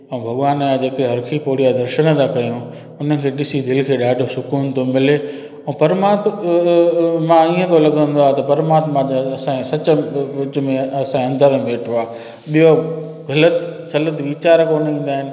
ऐं भॻवान जा जेके हर की पौड़ी जा दर्शनु था कयूं हुनखे ॾिसी दिलि खे ॾाढो सुकून थो मिले ऐं परमात्मा मां इअं तो लिखंदो आहे त परमात्मा त असांजे सचनि विच में असांजे अंदरु वेठो आहे ॿियो ग़लति संगति वीचार कोन ईंदा आहिनि